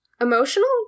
Emotional